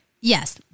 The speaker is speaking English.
Yes